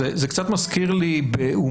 זה קצת מזכיר לי באומן,